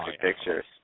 pictures